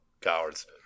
cowards